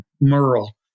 Merle